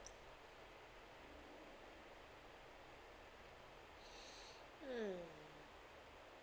hmm